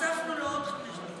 הוספנו לו עוד חמש דקות,